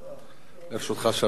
גם לרשותך שלוש דקות.